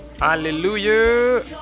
Hallelujah